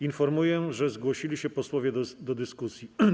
Informuję, że zgłosili się posłowie do dyskusji.